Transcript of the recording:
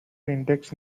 index